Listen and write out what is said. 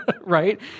Right